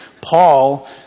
Paul